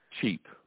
cheap